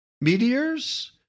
meteors